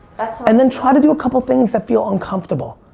that's and then try to do a couple things that feel uncomfortable.